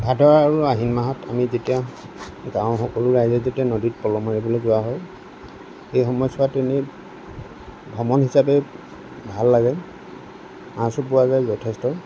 ভাদ আৰু আহিন মাহত আমি যেতিয়া গাঁওৰ সকলো ৰাইজে যেতিয়া নদীত পলহ মাৰিবলৈ যোৱা হয় সেই সময়চোৱাত এনেই ভ্ৰমণ হিচাপে ভাল লাগে মাছো পোৱা যায় যথেষ্ট